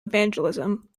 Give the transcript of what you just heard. evangelism